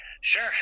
Sure